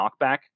Knockback